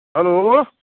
hello